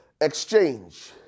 exchange